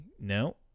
no